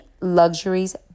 luxuries